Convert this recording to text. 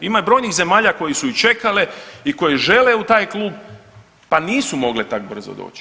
Ima i brojnih zemalja koji su i čekale i koje žele u taj klub pa nisu mogle tako brzo doći.